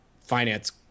finance